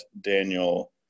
Daniel